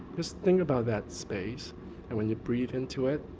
just think about that space and when you breathe into it,